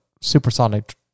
supersonic